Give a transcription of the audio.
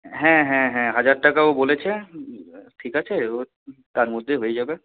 হ্যাঁ হ্যাঁ হ্যাঁ হাজার টাকা ও বলেছে ঠিক আছে ও তার মধ্যে হয়ে যাবে